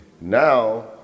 Now